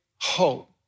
hope